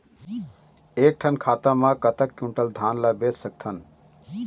एक ठन खाता मा कतक क्विंटल धान ला बेच सकथन?